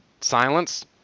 silence